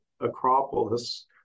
Acropolis